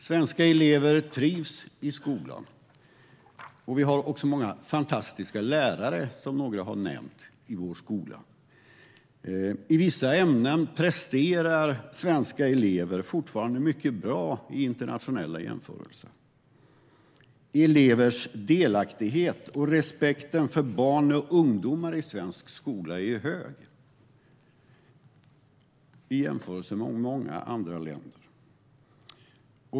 Svenska elever trivs i skolan, och vi har som någon har nämnt många fantastiska lärare i vår skola. I vissa ämnen presterar svenska elever fortfarande mycket bra i internationella jämförelser. Elevers delaktighet och respekten för barn och ungdomar är hög i svensk skola jämfört med i många andra länder.